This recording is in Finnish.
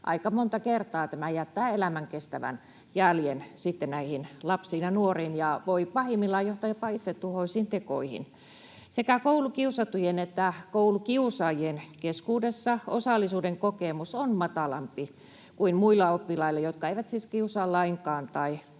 aika monta kertaa tämä jättää elämänkestävän jäljen sitten näihin lapsiin ja nuoriin ja voi pahimmillaan johtaa jopa itsetuhoisiin tekoihin. Sekä koulukiusattujen että koulukiusaajien keskuudessa osallisuuden kokemus on matalampi kuin muilla oppilailla, jotka eivät siis kiusaa lainkaan tai koe